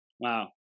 Wow